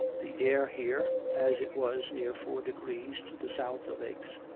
the air here, as it was near four degrees to the south of aix,